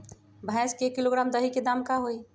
भैस के एक किलोग्राम दही के दाम का होई?